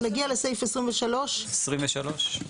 נגיע לסעיף 23. 23?